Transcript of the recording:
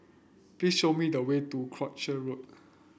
please show me the way to Croucher Road